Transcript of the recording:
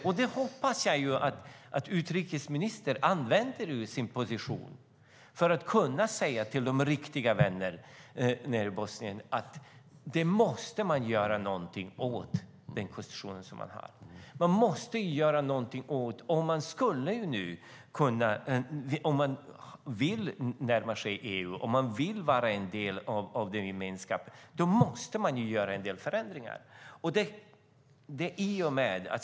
Jag hoppas att utrikesministern använder sin position för att säga till de riktiga vännerna nere i Bosnien att man måste göra någonting åt den konstitution man har. Om man vill närma sig EU, om man vill vara en del av den gemenskapen, måste man göra en del förändringar.